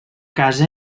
casa